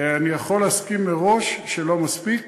אני יכול להסכים מראש שלא, מספיק